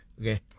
Okay